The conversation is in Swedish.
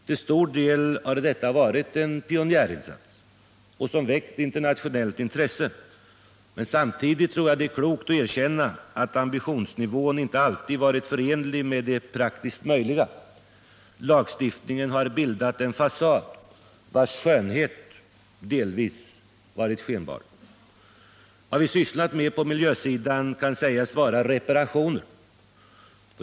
Till stor del har detta varit en pionjärinsats, som väckt internationellt intresse. Samtidigt tror jag det är klokt att erkänna att ambitionsnivån inte alltid varit förenlig med det praktiskt möjliga. Lagstiftningen har bildat en fasad, vars skönhet delvis varit skenbar. Vad vi hittills sysslat med på miljösidan kan sägas vara reparationer.